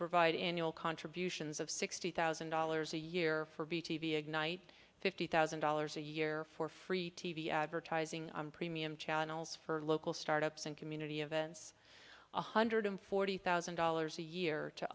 provide annual contributions of sixty thousand dollars a year for b t v ignite fifty thousand dollars a year for free t v advertising on premium channels for local startups and community events one hundred forty thousand dollars a year to